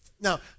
Now